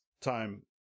time